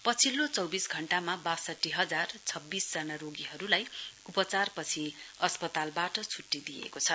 पछिल्लो चौबिस घण्टामा बासठी हजार छब्बीस जना रोगीहरूलाई उपचापछि अस्पतालबाट छुट्टी दिइएको छ